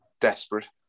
desperate